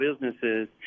businesses